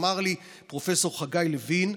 אמר לי פרופ' חגי לוין,